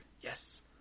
Yes